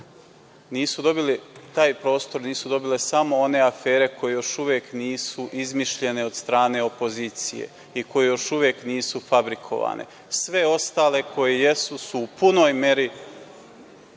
taj prostor nisu dobile samo one afere koje još uvek nisu izmišljene od strane opozicije i koje još uvek nisu fabrikovane. Sve ostale koje jesu su u punoj meri